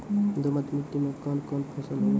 दोमट मिट्टी मे कौन कौन फसल होगा?